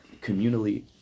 communally